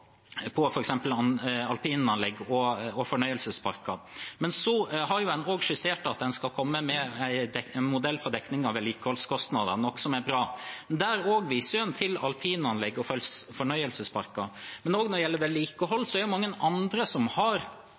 alpinanlegg og fornøyelsesparker. Men så har en også skissert at en skal komme med en modell for dekning av vedlikeholdskostnader, noe som er bra. Der også viser en til alpinanlegg og fornøyelsesparker. Men det er også mange andre som har vedlikeholdskostnader, enten det er til brannsikring, det er til kjøretøy, eller det er til heiser innendørs. Noen av dem som